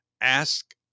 ask